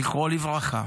זכרו לברכה,